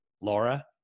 Laura